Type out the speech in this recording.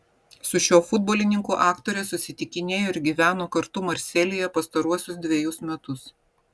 su šiuo futbolininku aktorė susitikinėjo ir gyveno kartu marselyje pastaruosius dvejus metus